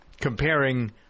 comparing